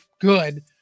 good